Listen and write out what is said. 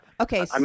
okay